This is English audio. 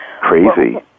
crazy